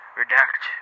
redact